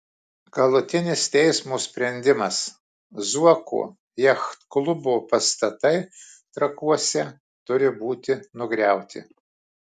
galutinis teismo sprendimas zuoko jachtklubo pastatai trakuose turi būti nugriauti